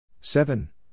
Seven